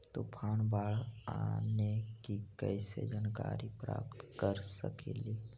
तूफान, बाढ़ आने की कैसे जानकारी प्राप्त कर सकेली?